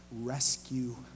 rescue